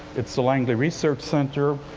it's the langley research center,